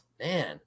Man